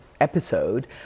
episode